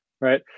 right